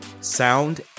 sound